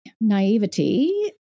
Naivety